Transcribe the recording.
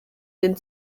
den